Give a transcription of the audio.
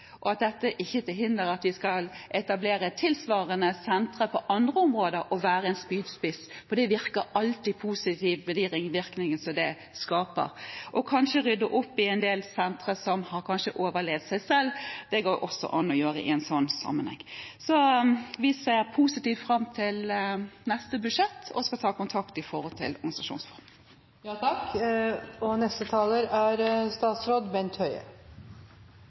Dette er ikke til hinder for at man skal etablere tilsvarende sentere på andre områder og være en spydspiss, for de ringvirkningene som det skaper, virker alltid positivt. Og kanskje bør man rydde opp i en del sentere som kanskje har overlevd seg selv – det går det også an å gjøre i en sånn sammenheng. Vi ser fram til neste budsjett og skal ta kontakt om organisasjonsform. Det jeg i alle fall entydig kan slå fast, er